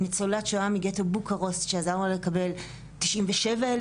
ניצולת שואה מגטו בוקרשט שעזרנו לה לקבל כ-97,000 אירו.